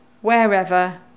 wherever